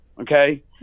Okay